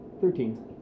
Thirteen